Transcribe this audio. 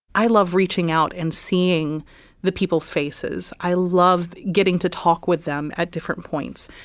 i love reaching out and seeing the people's faces. i love getting to talk with them at different points.